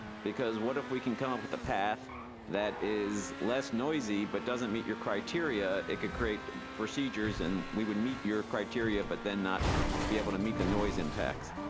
because what if we can come up with a path that is less noisy but doesn't meet your criteria? it could create procedures and we would meet your criteria but then not be able to meet the noise impacts.